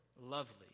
lovely